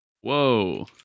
Whoa